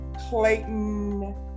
Clayton